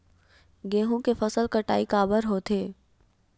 गेहूं के फसल कटाई काबर होथे?